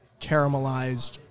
caramelized